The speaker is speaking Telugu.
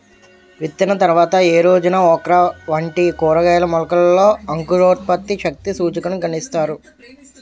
విత్తిన తర్వాత ఏ రోజున ఓక్రా వంటి కూరగాయల మొలకలలో అంకురోత్పత్తి శక్తి సూచికను గణిస్తారు?